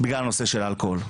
בגלל הנושא של האלכוהול,